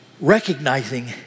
recognizing